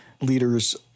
leaders